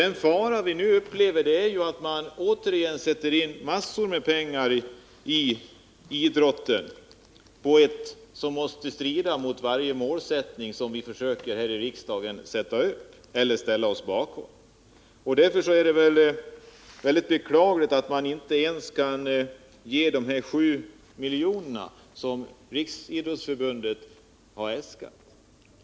Den fara vi nu upplever är att det åter skall satsas mycket pengar i idrotten på ett vis som måste strida mot varje målsättning vi här i riksdagen försöker ställa oss bakom. Därför är det mycket beklagligt att regeringen inte ens kan bevilja de 7 milj.kr. som Riksidrottsförbundet äskat.